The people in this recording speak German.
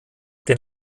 den